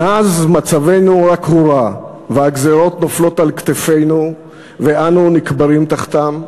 מאז מצבנו רק הורע והגזירות נופלות על כתפינו ואנו נקברים תחתן.